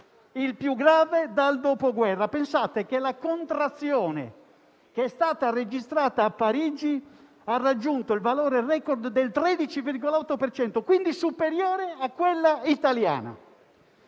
il più grave dal Dopoguerra. Pensate che la contrazione che è stata registrata a Parigi ha raggiunto il valore *record* del 13,8 per cento, superiore a quella italiana.